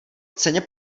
ceně